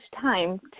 time